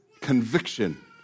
conviction